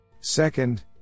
Second